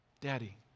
Daddy